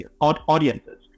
audiences